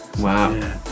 wow